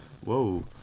whoa